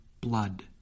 blood